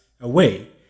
away